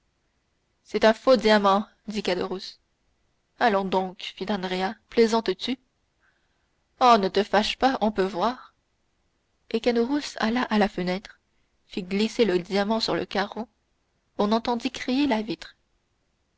c'est un faux diamant dit caderousse allons donc fit andrea plaisantes tu oh ne te fâche pas on peut voir et caderousse alla à la fenêtre fit glisser le diamant sur le carreau on entendit crier la vitre